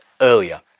earlier